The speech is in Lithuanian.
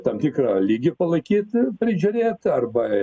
tam tikrą lygį palaikyti ir prižiūrėt arba